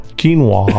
quinoa